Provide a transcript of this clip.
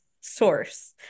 source